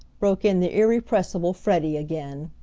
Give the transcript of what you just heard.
broke in the irrepressible freddie again.